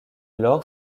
lors